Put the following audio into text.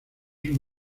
sus